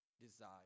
desire